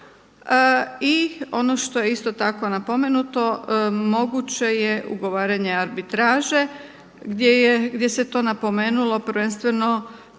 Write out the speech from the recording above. I ono što je isto tako napomenuto moguće je ugovaranje arbitraže, gdje se to napomenulo prvenstveno